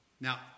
Now